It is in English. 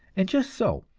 and just so,